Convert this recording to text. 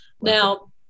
Now